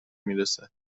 برسد